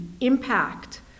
impact